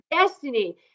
destiny